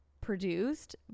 produced